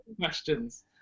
questions